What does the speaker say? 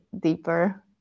deeper